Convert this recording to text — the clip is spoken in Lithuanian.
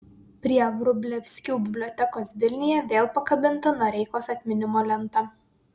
prie vrublevskių bibliotekos vilniuje vėl pakabinta noreikos atminimo lenta